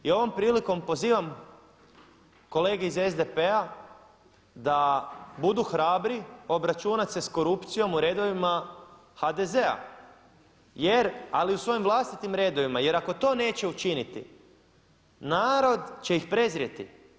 I ovom prilikom pozivam kolege iz SDP-a da budu hrabri obračunat se s korupcijom u redovima HDZ-a jer, ali i u svojim vlastitim redovima jer ako to neće učiniti narod će ih prezrjeti.